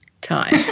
time